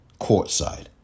courtside